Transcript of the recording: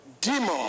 Demon